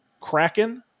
Kraken